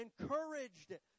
encouraged